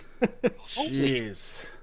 Jeez